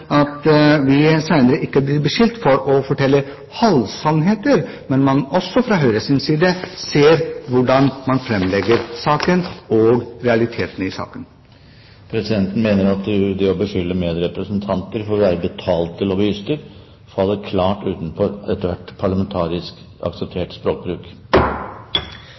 vi senere ikke blir beskyldt for å fortelle halve sannheter, men at man også fra Høyres side ser hvordan man framlegger saken og realitetene i saken. Presidenten mener at det å beskylde medrepresentanter for å være «betalte lobbyister», faller klart utenfor enhver parlamentarisk akseptert språkbruk.